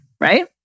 right